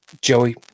Joey